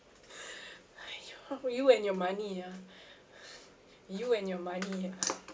!haiyo! you and your money ah you and your money ah